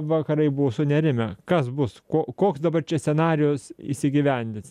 vakarai buvo sunerimę kas bus ko koks dabar čia scenarijus įsigyvendins